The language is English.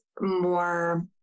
more